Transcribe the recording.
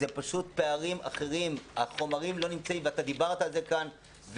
אתה דיברת על זה כאן,